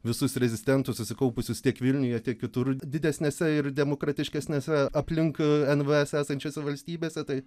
visus rezistentus susikaupusius tiek vilniuje tiek kitur didesnėse ir demokratiškesnėse aplink nvs esančiose valstybėse tai